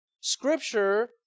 Scripture